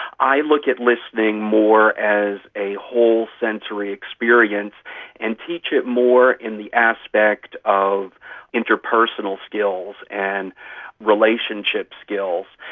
i look at listening more as a whole sensory experience and teach it more in the aspect of interpersonal skills and relationship skills.